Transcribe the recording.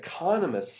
economists